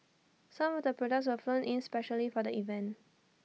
some of the products were flown in specially for the event